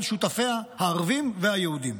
על שותפיה הערבים והיהודים.